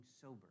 sober